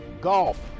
golf